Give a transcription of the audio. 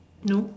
no